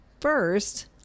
First